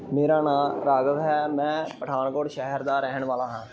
ਮੇਰਾ ਨਾਂ ਰਾਘਵ ਹੈ ਮੈਂ ਪਠਾਨਕੋਟ ਸ਼ਹਿਰ ਦਾ ਰਹਿਣ ਵਾਲਾ ਹਾਂ